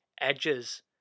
edges